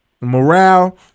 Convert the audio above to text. Morale